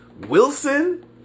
Wilson